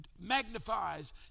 magnifies